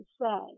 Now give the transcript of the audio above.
say